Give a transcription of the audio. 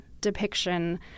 depiction